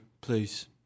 please